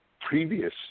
previous